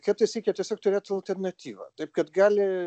kartais reikia tiesiog turėt alternatyvą taip kad gali